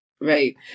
right